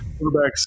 Quarterbacks